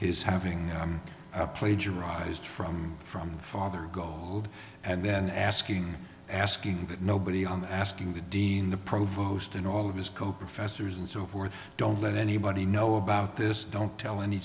his having i'm a plagiarized from from father gold and then asking asking that nobody on asking the dean the provost and all of his co professors and so forth don't let anybody know about this don't tell any